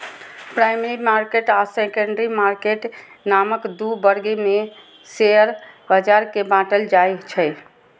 primary market आ secondary market नामक दू वर्ग मे शेयर बाजार कें बांटल जाइ छै